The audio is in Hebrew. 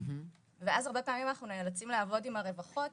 ואז הרבה פעמים אנחנו נאלצים לעבוד עם הרווחה,